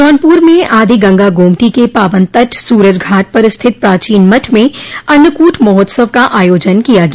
जौनपुर में आदि गंगा गोमती के पावन तट सूरज घाट पर स्थित प्राचीन मठ में अन्नकूट महोत्सव का आयोजन किया गया